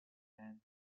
land